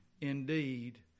indeed